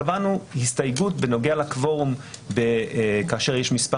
קבענו הסתייגות בנוגע לקוורום כאשר יש מספר